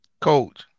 Coach